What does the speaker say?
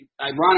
ironically